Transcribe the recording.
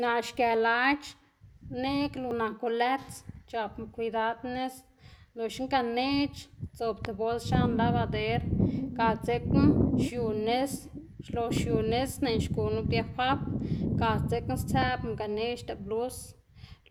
Naꞌ xgë lac̲h̲ neꞌg lu naku lëts c̲h̲apma kwidad nis loxna ganeꞌc̲h̲ dzob ti bols x̱an labader ga dzekna xiu nis, xlox xiu nis nëꞌná xgu nup dia fap ga dzekna stsëꞌbná ganeꞌc̲h̲da blus